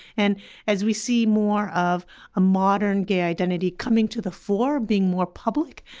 and as we see more of a modern gay identity coming to the fore, being more public,